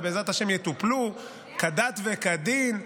ובעזרת השם יטופלו כדת וכדין.